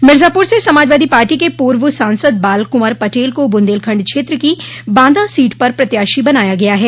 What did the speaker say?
मिर्जापुर से समाजवादी पार्टी के पूर्व सांसद बाल कुँवर पटेल को बुन्देलखण्ड क्षेत्र की बांदा सीट पर प्रत्याशी बनाया गया है